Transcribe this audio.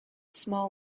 small